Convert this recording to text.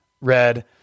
read